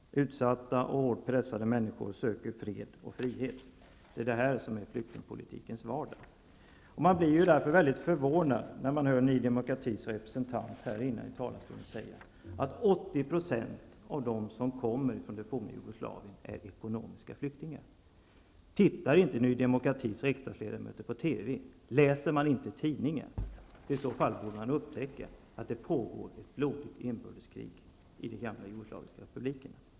Utsatta och hårt pressade människor söker fred och frihet. Detta är flyktingpolitikens vardag. Därför blir man mycket förvånad när man hör Ny demokratis representant här i talarstolen säga att 80 % av de som kommer från det forna Jugoslavien är ekonomiska flyktingar. Tittar inte Ny demokratis riksdagsledamöter på TV? Läser de inte tidningen? I så fall borde de upptäcka att det pågår ett blodigt inbördeskrig i de forna jugoslaviska republikerna.